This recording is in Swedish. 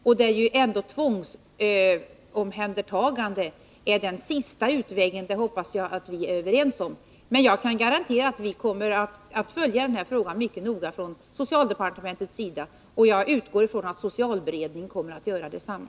Där är tvångsomhändertagande den sista utvägen — det hoppas jag att vi är överens om. Jag kan garantera att vi från socialdepartementets sida kommer att följa den här frågan mycket noga, och jag utgår ifrån att socialberedningen kommer att göra detsamma.